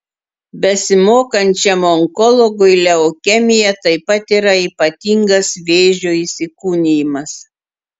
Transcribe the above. besimokančiam onkologui leukemija taip pat yra ypatingas vėžio įsikūnijimas